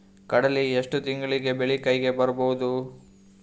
ಕಡಲಿ ಎಷ್ಟು ತಿಂಗಳಿಗೆ ಬೆಳೆ ಕೈಗೆ ಬರಬಹುದು?